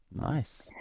Nice